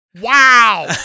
Wow